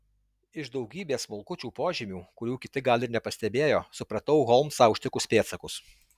iš daugybės smulkučių požymių kurių kiti gal ir nepastebėjo supratau holmsą užtikus pėdsakus